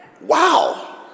Wow